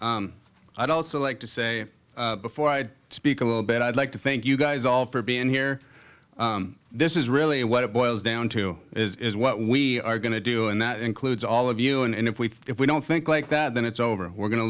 i'd also like to say before i speak a little bit i'd like to thank you guys all for being here this is really what it boils down to is what we are going to do and that includes all of you and if we if we don't think like that then it's over and we're go